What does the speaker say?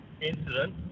incident